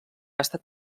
estat